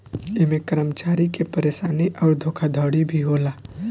ऐमे कर्मचारी के परेशानी अउर धोखाधड़ी भी होला